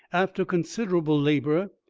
after considerable labour,